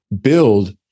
build